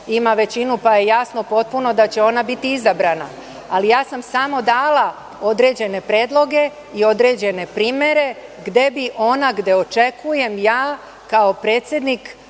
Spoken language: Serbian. ima većinu, pa je jasno potpuno da će ona biti izabrana. Ali, ja sam samo dala određene predloge i određene primere gde bi ona, gde očekujem ja kao predsednik